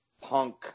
punk